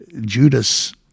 judas